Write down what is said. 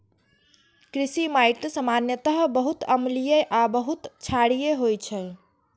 कृषि माटि सामान्यतः बहुत अम्लीय आ बहुत क्षारीय होइ छै